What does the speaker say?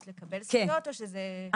כדי לקבל זכויות או שזה --- כן.